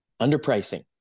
Underpricing